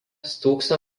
stūkso